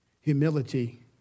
humility